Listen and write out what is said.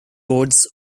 roads